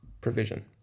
provision